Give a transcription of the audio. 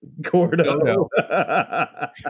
gordo